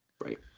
right